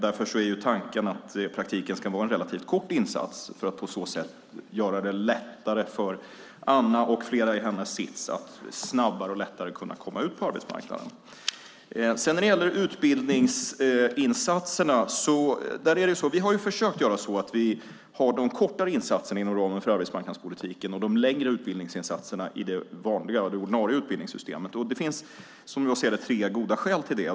Därför är tanken att praktiken ska vara en relativt kort insats för att på så sätt göra det lättare för Anna och andra i hennes sits att snabbare kunna komma ut på arbetsmarknaden. När det gäller utbildningsinsatserna har vi försökt göra så att vi har de kortare insatserna inom ramen för arbetsmarknadspolitiken och de längre utbildningsinsatserna i det ordinarie utbildningssystemet. Det finns, som jag ser det, tre goda skäl till det.